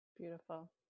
Beautiful